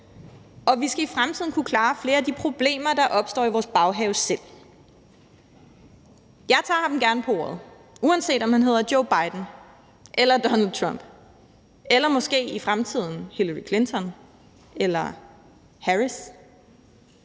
og at vi i fremtiden skal kunne klare flere af de problemer, der opstår i vores baghave, selv. Jeg tager ham gerne på ordet. Uanset om præsidenten hedder Joe Biden, Donald Trump eller måske i fremtiden Hillary Clinton eller Kamala